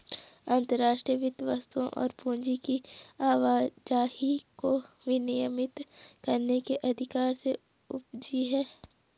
अंतर्राष्ट्रीय वित्त वस्तुओं और पूंजी की आवाजाही को विनियमित करने के अधिकार से उपजी हैं